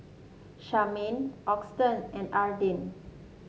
Charmaine Auston and Arden